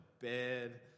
bed